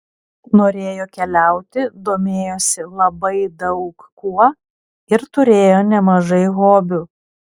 norėjo keliauti domėjosi labai daug kuo ir turėjo nemažai hobių